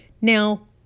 now